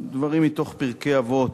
בדברים מתוך פרקי אבות,